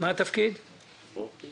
הבנקים כן